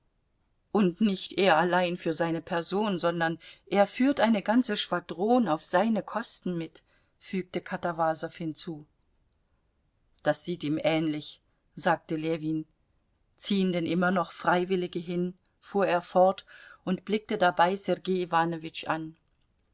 und nicht er allein für seine person sondern er führt eine ganze schwadron auf seine kosten mit fügte katawasow hinzu das sieht ihm ähnlich sagte ljewin ziehen denn immer noch freiwillige hin fuhr er fort und blickte dabei sergei iwanowitsch an